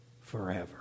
forever